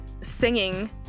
singing